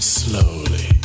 slowly